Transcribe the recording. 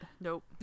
Nope